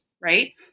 right